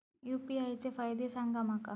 UPI चे फायदे सांगा माका?